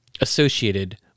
associated